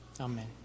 Amen